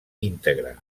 íntegre